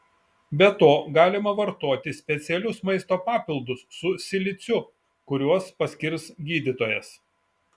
be to galima vartoti specialius maisto papildus su siliciu kuriuos paskirs gydytojas